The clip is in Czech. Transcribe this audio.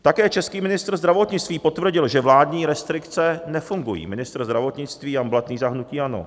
Také český ministr zdravotnictví potvrdil, že vládní restrikce nefungují, ministr zdravotnictví Jan Blatný za hnutí ANO.